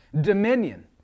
dominion